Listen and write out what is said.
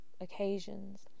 occasions